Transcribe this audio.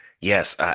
yes